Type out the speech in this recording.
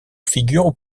figurent